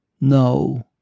No